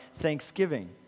thanksgiving